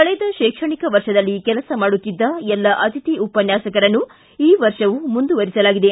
ಕಳೆದ ಶೈಕ್ಷಣಿಕ ವರ್ಷದಲ್ಲಿ ಕೆಲಸ ಮಾಡುತ್ತಿದ್ದ ಎಲ್ಲ ಅತಿಥಿ ಉಪನ್ಯಾಸಕರನ್ನು ಈ ವರ್ಷವೂ ಮುಂದುವರಿಸಲಾಗಿದೆ